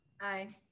aye